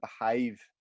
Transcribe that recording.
behave